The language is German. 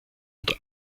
und